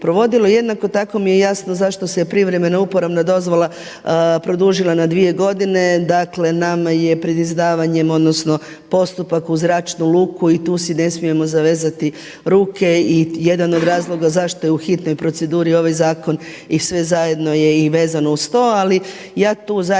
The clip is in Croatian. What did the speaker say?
jednako tako mi je jasno zašto se privremena uporabna dozvola produžila na dvije godine. Dakle, nama je pred izdavanjem, odnosno postupak za Zračnu luku i tu si ne smijemo zavezati ruke. I jedan od razloga zašto je u hitnoj proceduri ovaj zakon i sve zajedno je i vezano uz to. Ali ja tu zaista